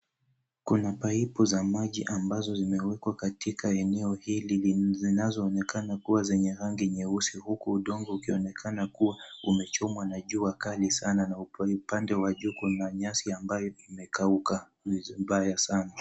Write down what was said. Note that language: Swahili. Kuna pipe za maji ambazo zimewekwa katika eneo hili zinazoonekana kuwa zenye rangi nyeusi huku udongo ukionekana kuwa umechomwa na jua kali sana na upande wa juu kuna nyasi ambayo imekauka vibaya sana.